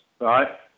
right